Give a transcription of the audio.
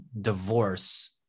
divorce